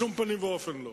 בשום פנים ואופן לא.